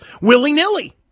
willy-nilly